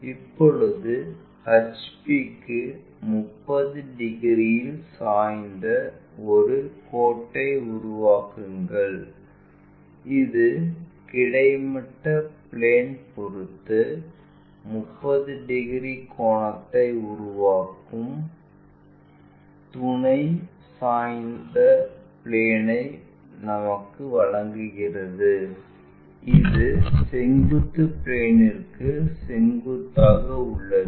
இப்போது HP க்கு 30 டிகிரியில் சாய்ந்த ஒரு கோட்டை உருவாக்குங்கள் இது கிடைமட்ட பிளேன் பொறுத்து 30 டிகிரி கோணத்தை உருவாக்கும் துணை சாய்ந்த பிளேன்ஐ நமக்கு வழங்குகிறது இது செங்குத்து பிளேன்க்கு செங்குத்தாக உள்ளது